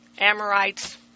Amorites